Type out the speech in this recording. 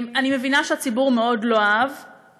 אני מבינה שהציבור מאוד לא אהב את זה.